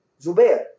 Zubair